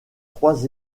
trois